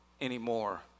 anymore